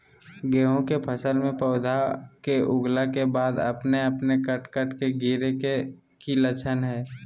गेहूं के फसल में पौधा के उगला के बाद अपने अपने कट कट के गिरे के की लक्षण हय?